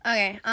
Okay